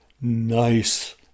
nice